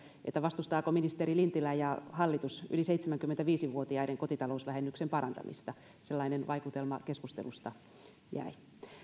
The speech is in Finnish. että vastustaako ministeri lintilä ja hallitus yli seitsemänkymmentäviisi vuotiaiden kotitalousvähennyksen parantamista sellainen vaikutelma keskustelusta jäi